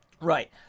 Right